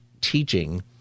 teaching